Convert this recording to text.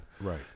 Right